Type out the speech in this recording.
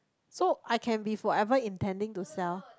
so I can be forever intending to sell